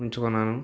ఉంచుకున్నాను